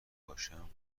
باشم